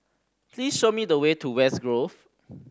please show me the way to West Grove